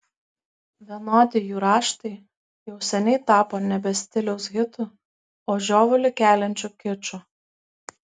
vienodi jų raštai jau seniai tapo nebe stiliaus hitu o žiovulį keliančiu kiču